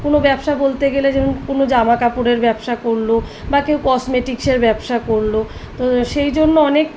কোনো ব্যবসা বলতে গেলে যেমন কোনো জামা কাপড়ের ব্যবসা করলো বা কেউ কসমেটিকসের ব্যবসা করলো তো সেই জন্য অনেক